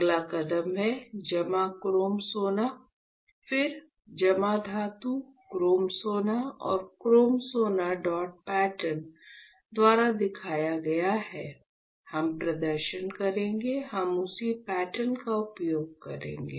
अगला कदम है जमा क्रोम सोना फिर जमा धातु क्रोम सोना और क्रोम सोना डॉट पैटर्न द्वारा दिखाया गया है हम प्रदर्शन करेंगे हम उसी पैटर्न का उपयोग करेंगे